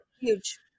Huge